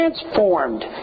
transformed